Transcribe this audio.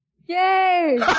yay